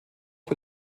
bei